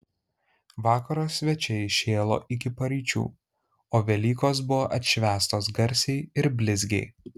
vakaro svečiai šėlo iki paryčių o velykos buvo atšvęstos garsiai ir blizgiai